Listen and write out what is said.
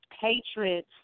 hatred